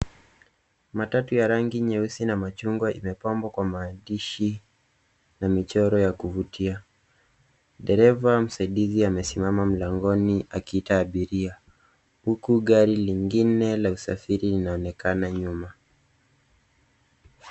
Matatu ya rangi nyeusi na machungwa imepambwa kwa maandishi na michoro ya kuvutia. Dereva msaidizi amesimama mlangoni akiita abiria, huku gari lingine la usafiri linaonekana nyuma.